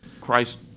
Christ